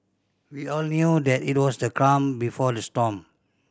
we all knew that it was the calm before the storm